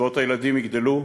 קצבאות הילדים יגדלו.